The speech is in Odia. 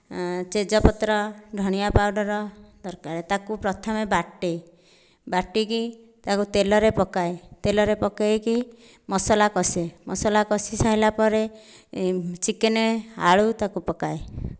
ତେଜପତ୍ର ଧଣିଆ ପାଉଡ଼ର୍ ଦରକାର ତାକୁ ପ୍ରଥମେ ବାଟେ ବାଟିକି ତାକୁ ତେଲରେ ପକାଏ ତେଲରେ ପକାଇକି ମସଲା କଷେ ମସଲା କଷି ସାରିଲା ପରେ ଚିକେନ୍ ଆଳୁ ତାକୁ ପକାଏ